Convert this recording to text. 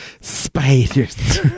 Spiders